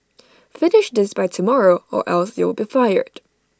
finish this by tomorrow or else you'll be fired